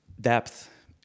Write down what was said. depth